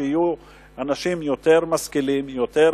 שיהיו אנשים יותר משכילים, יותר